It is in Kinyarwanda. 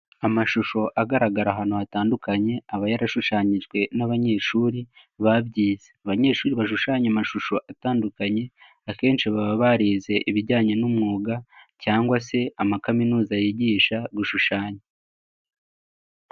Amashusho agaragara ahantu hatandukanye, aba yarashushanyijwe n'abanyeshuri, babyize, abanyeshuri bashushanya amashusho atandukanye, akenshi baba barize ibijyanye n'umwuga cyangwa se amakaminuza yigisha gushushanya.